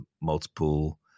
multiple